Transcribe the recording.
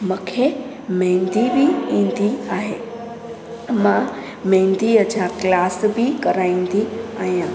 मूंखे मेंदी बि ईंदी आहे मां मेंदीअ जा क्लास बि कराईंदी आहियां